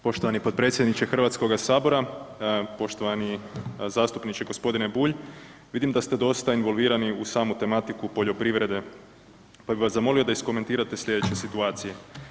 Poštovani potpredsjedniče Hrvatskoga sabora, poštovani zastupniče gospodine Bulj, vidim da ste dosta involvirani u samu tematiku poljoprivrede, pa bih vas zamolio da iskomentirate slijedeće situacije.